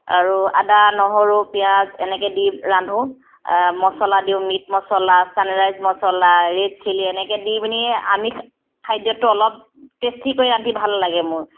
আৰু আদা নহৰু পিঁয়াজ এনেকৈ দি ৰান্ধো মছলা দিওঁ মিট মছলা চানৰাইজ মছলা ৰেড চিলি এনেকৈ দি পিনি আমি খাদ্যটো অলপ টেষ্টিকৈ ৰান্ধি ভাল লাগে মোৰ